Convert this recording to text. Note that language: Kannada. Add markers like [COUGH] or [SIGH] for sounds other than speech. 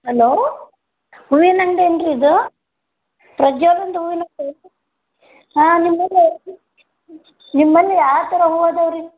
ಹಲೋ ಹೂವಿನ ಅಂಗಡಿ ಏನು ರೀ ಇದು ಪ್ರಜ್ವಲಂದು ಹೂವಿನ ಅಂಗಡಿ ಏನು ರೀ ಹಾಂ ನಿಮ್ಮಲ್ಲಿ [UNINTELLIGIBLE] ನಿಮ್ಮಲ್ಲಿ ಯಾವ ಥರ ಹೂ ಅದಾವೆ ರೀ